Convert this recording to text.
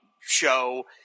show